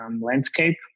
landscape